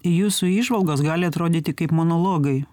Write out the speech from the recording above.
jūsų įžvalgos gali atrodyti kaip monologai